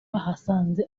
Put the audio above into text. bahasanze